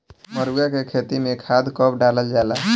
मरुआ के खेती में खाद कब डालल जाला?